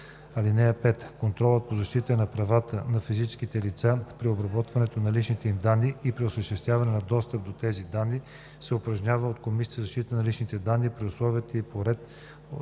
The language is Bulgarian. ал. 5: „(5) Контролът по защитата на правата на физическите лица при обработването на личните им данни и при осъществяването на достъп до тези данни се упражнява от Комисията за защита на личните данни при условията и по реда